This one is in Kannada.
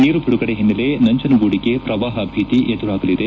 ನೀರು ಬಿಡುಗಡೆ ಹಿನ್ನೆಲೆ ನಂಜನಗೂಡಿಗೆ ಪ್ರವಾಪ ಭೀತಿ ಎದುರಾಗಲಿದೆ